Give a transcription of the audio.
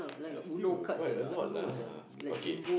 still quite alot lah